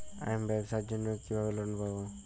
আমি ব্যবসার জন্য কিভাবে লোন পাব?